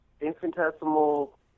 infinitesimal